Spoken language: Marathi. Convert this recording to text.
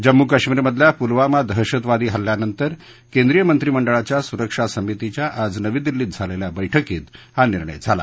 जम्मू काश्मीरमधल्या पुलवमा दहशतवादी हल्ल्यानंतर केंद्रीय मंत्रिमंडळाच्या सुरक्षा समितीच्या आज नवी दिल्लीत झालेल्या बैठकीत हा निर्णय झाला